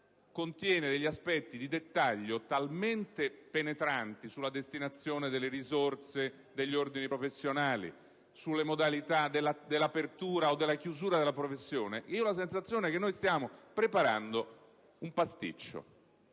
contiene aspetti di dettaglio talmente penetranti sulla destinazione delle risorse degli ordini professionali, oltre che sulle modalità di apertura e chiusura della professione che ho la sensazione che si stia preparando un pasticcio.